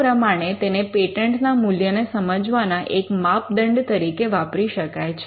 આ પ્રમાણે તેને પેટન્ટના મૂલ્યને સમજવાના એક માપદંડ તરીકે વાપરી શકાય છે